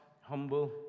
humble